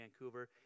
Vancouver